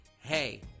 hey